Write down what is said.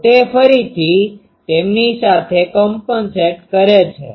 તોતે ફરીથી તેમની સાથે કોમ્પન્સેટ કરે છે